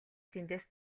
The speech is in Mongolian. тэндээс